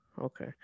Okay